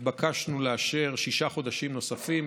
נתבקשנו לאשר שישה חודשים נוספים,